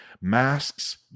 Masks